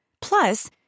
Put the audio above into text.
plus